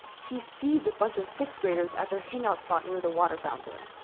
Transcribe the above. he's sees a bunch of sixth graders at their hangout spot near the water fountain.